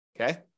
Okay